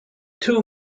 too